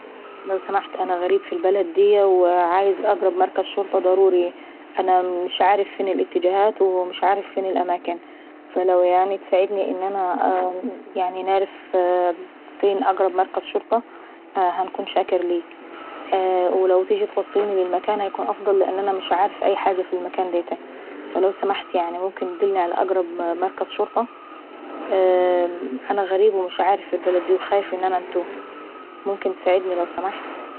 لو سمحت انا غريب في البلد ديان وعاوز اقرب مركز شرطة ضروري. انا مش عارف فين الاتجاهات ومش عارف فين الأماكن فلو اتساعدني ان انا نعرف فين اقرب مركز شرطة هنكون شاكر ليه. ولو تيجي توصلني للمكان ديتي هيكون افضل لان انا مش عارف أي حاجة في المكان ديتي، انا غريب في البلد وخايف ان انا نتوه. ممكن اتساعدني لو سمحت.